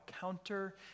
counter